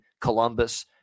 columbus